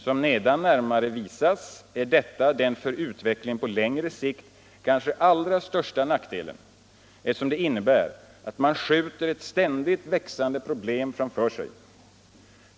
Som nedan närmare visas är detta den för utvecklingen på längre sikt kanske allra största nackdelen, eftersom det innebär att man skjuter ett ständigt växande problem framför sig.